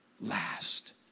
last